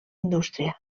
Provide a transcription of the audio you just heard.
indústria